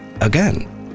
again